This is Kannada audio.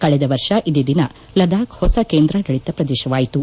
ಕಳೆದ ವರ್ಷ ಇದೇ ದಿನ ಲಡಾಕ್ ಹೊಸ ಕೇಂದ್ರಾಡಳಿತ ಪ್ರದೇಶವಾಯಿತು